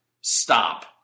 stop